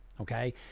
okay